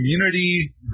community